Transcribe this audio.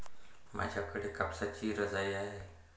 माझ्याकडे कापसाची रजाई आहे